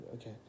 okay